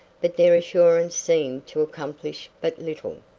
but their assurance seemed to accomplish but little.